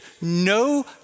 no